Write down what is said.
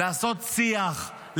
לעשות שיח,